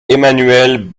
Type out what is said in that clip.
emmanuel